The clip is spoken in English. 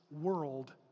world